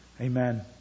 Amen